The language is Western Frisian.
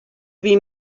wie